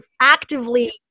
actively